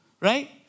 right